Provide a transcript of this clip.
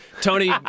Tony